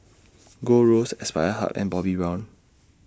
Gold Roast Aspire Hub and Bobbi Brown